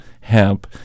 hemp